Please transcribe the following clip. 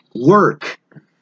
Work